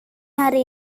hari